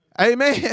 Amen